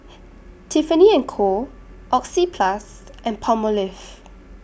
Tiffany and Co Oxyplus and Palmolive